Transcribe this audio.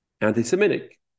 anti-Semitic